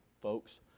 folks